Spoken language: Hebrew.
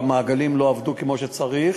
והמעגלים לא עבדו כמו שצריך.